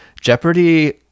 Jeopardy